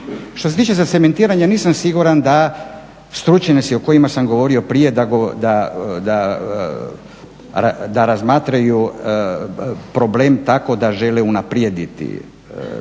Što se tiče zacementiranja nisam siguran da stručnjaci o kojima sam govorio prije da razmatraju problem tako da žele unaprijediti prava